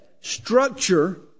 structure